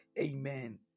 amen